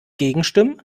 gegenstimmen